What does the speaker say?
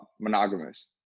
monogamous